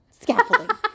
Scaffolding